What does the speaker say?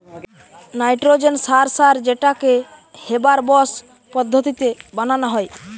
nitrogen সার সার যেটাকে হেবার বস পদ্ধতিতে বানানা হয়